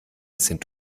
sind